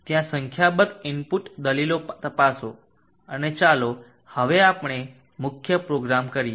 ત્યાં સંખ્યાબંધ ઇનપુટ દલીલો તપાસો અને ચાલો હવે આપણે મુખ્ય પ્રોગ્રામ કરીએ